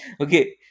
Okay